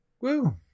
Woo